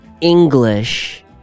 english